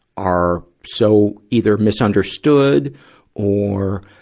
are so either misunderstood or,